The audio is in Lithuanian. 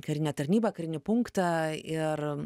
karinę tarnybą karinį punktą ir